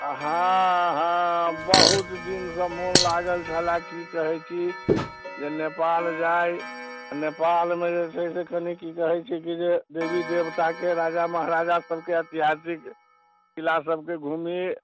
अहाँ हाँ बहुत दिनसँ मन लागल छलै कि कहैत छी जे नेपाल जाइ नेपालमे जे छै से कनि कि कहैत छै जे कि देवी देवता राजा महाराजा सभकेँ ऐतिहासिक किला सभकेँ घुमी